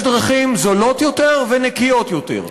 יש דרכים זולות יותר ונקיות יותר.